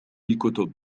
الكتب